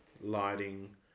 lighting